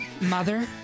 Mother